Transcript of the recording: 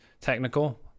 technical